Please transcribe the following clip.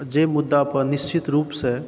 जे मुद्दा पर निश्चित रूपसॅं